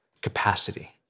capacity